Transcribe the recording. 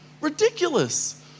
Ridiculous